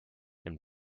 and